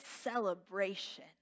celebration